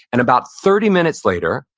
and about thirty minutes later,